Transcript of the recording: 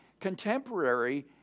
contemporary